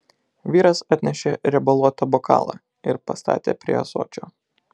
vyras atnešė riebaluotą bokalą ir pastatė prie ąsočio